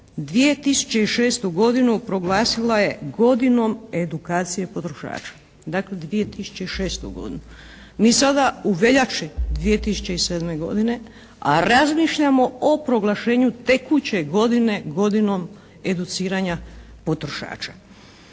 2006. godinu proglasila je godinom edukacije potrošača, dakle 2006. godinu. Mi sada u veljači 2007. godine, a razmišljamo o proglašenju tekuće godine godinom educiranja potrošača.